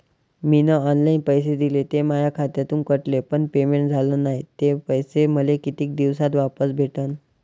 मीन online पैसे दिले, ते माया खात्यातून कटले, पण पेमेंट झाल नायं, ते पैसे मले कितीक दिवसात वापस भेटन?